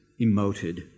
emoted